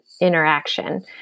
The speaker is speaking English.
interaction